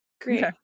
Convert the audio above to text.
Great